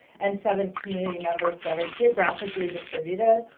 and seven community members that are geographically distributed.